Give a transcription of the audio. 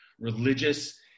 religious